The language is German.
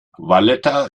valletta